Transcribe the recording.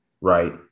right